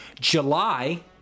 July